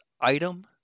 item